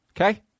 Okay